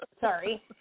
Sorry